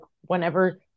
whenever